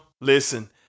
Listen